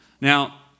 Now